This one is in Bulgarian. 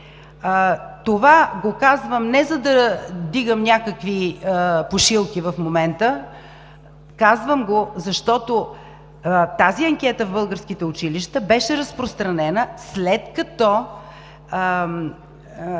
Това го казвам не, за да вдигам някакви пушилки в момента. Казвам го, защото тази анкета в българските училища беше разпространена, след като